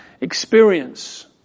experience